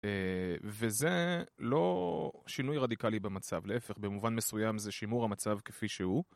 וזה לא שינוי רדיקלי במצב, להפך, במובן מסוים זה שימור המצב כפי שהוא.